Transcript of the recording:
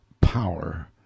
power